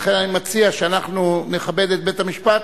לכן אני מציע שנכבד את בית-המשפט,